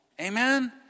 Amen